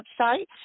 website